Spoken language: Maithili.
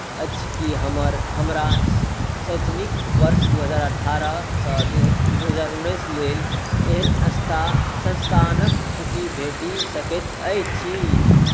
अछि की हमर हमरा शैक्षणिक वर्ष दू हजार अठारहसँ दू हजार उन्नैस लेल एहन स्था संस्थानक सूची भेटि सकैत अछि